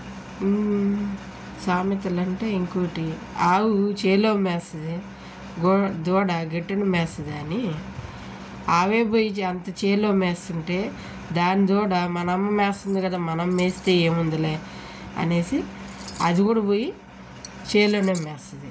సామెతలంటే ఇంకొకటి ఆవు చేలో మేస్తుంది గో దూడ గట్టున మేస్తుందా అని ఆవే పోయి అంత చేలో మేస్తుంటే దాని దూడ మనమ్మ మేస్తుంది కదా మనం మేస్తే ఏముందలే అనేసి అది కూడా పోయి చేలోనే మేస్తుంది